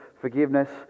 forgiveness